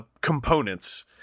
components